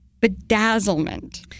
bedazzlement